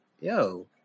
yo